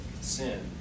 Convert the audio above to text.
sin